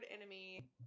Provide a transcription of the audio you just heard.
enemy